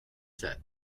set